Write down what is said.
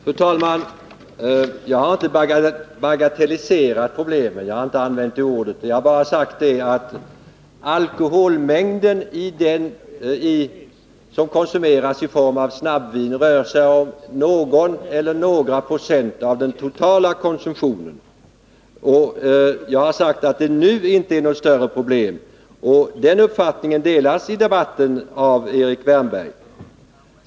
Fru talman! Jag har inte bagatelliserat problemen. Jag har inte ens använt det ordet. Jag har bara sagt att den alkoholmängd som konsumeras i form av snabbvin endast utgör någon eller några procent av den totala konsumtionen och att det nu inte är något större problem. Den uppfattningen delas i debatten av Erik Wärnberg.